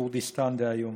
כורדיסטאן דהיום.